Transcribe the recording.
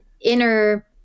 inner